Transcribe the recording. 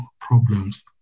problems